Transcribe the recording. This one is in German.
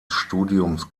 studiums